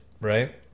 right